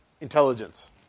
intelligence